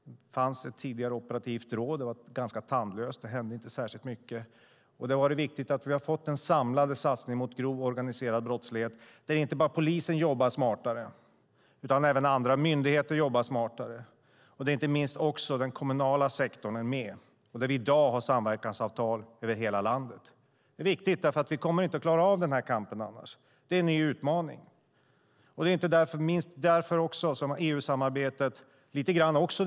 Det fanns tidigare ett operativt råd som var ganska tandlöst. Det hände inte särskilt mycket. Det har varit viktigt att vi fått den samlade satsningen mot grov organiserad brottslighet, där inte bara polisen utan även andra myndigheter jobbar smartare och där inte minst också den kommunala sektorn är med. Vi har i dag samverkansavtal över hela landet. Det är viktigt. Vi kommer inte att klara av den här kampen annars. Det är en ny utmaning. Det är inte minst därför också EU-samarbetet är viktigt.